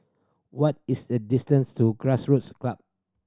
what is the distance to Grassroots Club